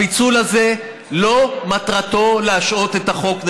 הפיצול הזה אין מטרתו להשהות את החוק.